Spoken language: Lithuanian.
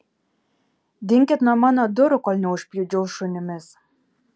dinkit nuo mano durų kol neužpjudžiau šunimis